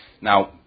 Now